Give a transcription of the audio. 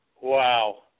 Wow